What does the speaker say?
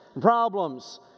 problems